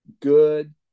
good